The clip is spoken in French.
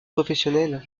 professionnel